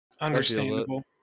Understandable